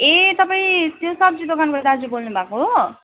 ए तपाईँ त्यो सब्जी दोकानको दाजु बोल्नुभएको हो